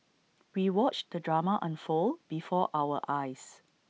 we watched the drama unfold before our eyes